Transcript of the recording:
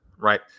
right